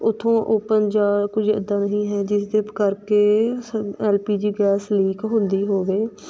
ਉੱਥੋਂ ਓਪਨ ਜਾਂ ਕੁਝ ਇੱਦਾਂ ਨਹੀਂ ਹੈ ਜਿਸਦੇ ਕਰਕੇ ਸਿਲੰ L P G gas leak ਹੁੰਦੀ ਹੋਵੇ